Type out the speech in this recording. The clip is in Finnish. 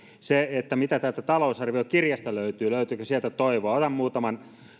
mitä täältä talousarviokirjasta löytyy löytyykö sieltä toivoa otan sieltä muutaman